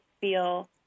feel